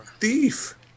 Thief